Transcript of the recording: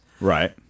Right